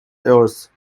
earth